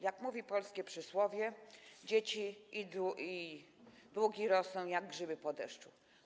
Jak mówi polskie przysłowie: dzieci i długi rosną jak grzyby po deszczu.